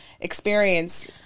experience